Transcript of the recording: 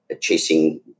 chasing